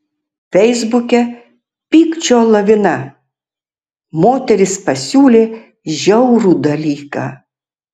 feisbuke pykčio lavina moteris pasiūlė žiaurų dalyką